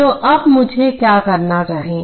तो अब मुझे क्या करना चाहिए